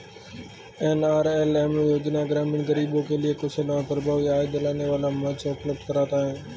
NRLM योजना ग्रामीण गरीबों के लिए कुशल और प्रभावी आय दिलाने वाला मंच उपलब्ध कराता है